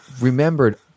remembered